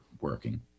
working